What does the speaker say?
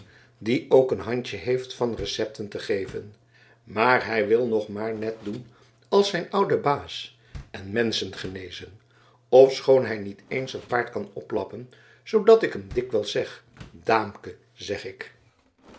die ook een handje heeft van recepten te geven maar hij wil nog maar net doen als zijn oude baas en menschen genezen ofschoon hij niet eens een paard kan oplappen zoodat ik hem dikwijls zeg daamke zeg ik